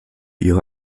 ihre